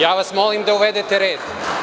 Ja vas molim da uvedete red.